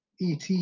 ET